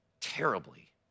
terribly